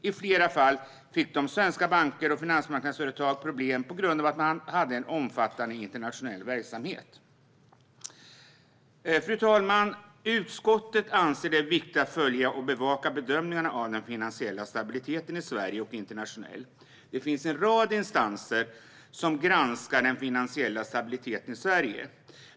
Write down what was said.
I flera fall fick svenska banker och finansmarknadsföretag problem på grund av att man hade en omfattande internationell verksamhet. Fru talman! Utskottet anser att det är viktigt att följa och bevaka bedömningarna av den finansiella stabiliteten i Sverige och internationellt. Det finns en rad instanser som granskar den finansiella stabiliteten i Sverige.